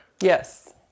Yes